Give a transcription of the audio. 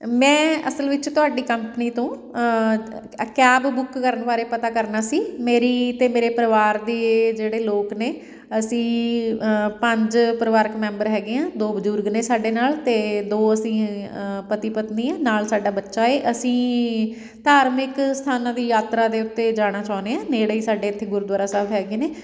ਮੈਂ ਅਸਲ ਵਿੱਚ ਤੁਹਾਡੀ ਕੰਪਨੀ ਤੋਂ ਕ ਕੈਬ ਬੁੱਕ ਕਰਨ ਬਾਰੇ ਪਤਾ ਕਰਨਾ ਸੀ ਮੇਰੀ ਅਤੇ ਮੇਰੇ ਪਰਿਵਾਰ ਦੇ ਜਿਹੜੇ ਲੋਕ ਨੇ ਅਸੀਂ ਪੰਜ ਪਰਿਵਾਰਕ ਮੈਂਬਰ ਹੈਗੇ ਹਾਂ ਦੋ ਬਜ਼ੁਰਗ ਨੇ ਸਾਡੇ ਨਾਲ ਅਤੇ ਦੋ ਅਸੀਂ ਪਤੀ ਪਤਨੀ ਹਾਂ ਨਾਲ ਸਾਡਾ ਬੱਚਾ ਹੈ ਅਸੀਂ ਧਾਰਮਿਕ ਸਥਾਨਾਂ ਦੀ ਯਾਤਰਾ ਦੇ ਉੱਤੇ ਜਾਣਾ ਚਾਹੁੰਦੇ ਹਾਂ ਨੇੜੇ ਹੀ ਸਾਡੇ ਇੱਥੇ ਗੁਰਦੁਆਰਾ ਸਾਹਿਬ ਹੈਗੇ ਨੇ